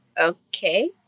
Okay